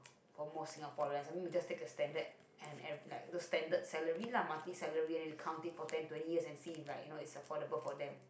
for most Singaporeans I mean we just take a standard and ev~ like the standard salary lah multi salary and then we count it like ten twenty years and see if like you know is affordable for them